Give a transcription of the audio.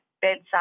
bedside